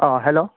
अह हेल'